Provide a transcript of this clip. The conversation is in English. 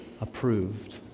approved